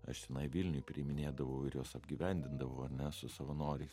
aš tenai vilniuj priiminėdavau ir juos apgyvendindavau ane su savanoriais